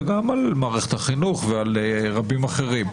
גם על מערכת החינוך וגם על רבים אחרים.